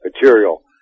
material